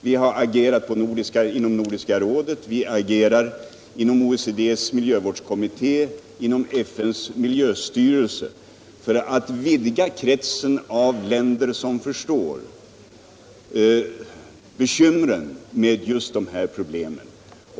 Vi agerar inom Nordiska rådet, inom OECD:s miljövårdskommitté och inom FN:s miljöstyrelse för att vidga kretsen av länder som förstår bekymren med just dessa problem.